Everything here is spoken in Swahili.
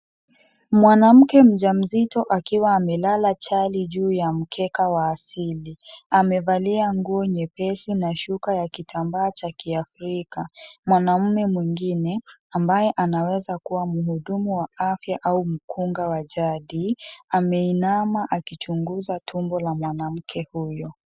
Mwanamke mjamzito akiwa amelala chali juu ya mkeka wa asili amevalia nguo nyepesi na shuka cha kitambaa ya kiafrika mwanaume mwingine ambaye anaweza kuwa mhudumu wa afya au mkunga wa jadi ameinama akimchunguza tumbo la mwanamke huyo.